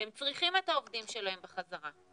הם צריכים את העובדים שלהם בחזרה,